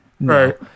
Right